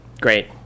Great